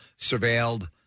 surveilled